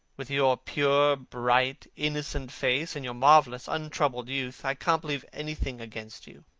with your pure, bright, innocent face, and your marvellous untroubled youth i can't believe anything against you.